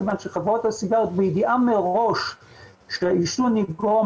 משום שחברות הסיגריות בידיעה מראש שעידון יגרום